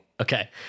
Okay